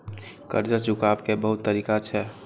कर्जा चुकाव के बहुत तरीका छै?